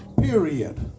period